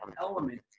element